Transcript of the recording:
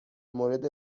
مورد